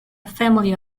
family